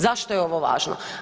Zašto je ovo važno?